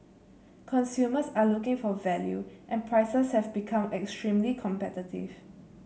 consumers are looking for value and prices have become extremely competitive